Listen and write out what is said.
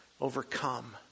overcome